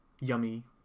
yummy